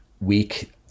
week